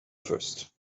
first